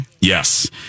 Yes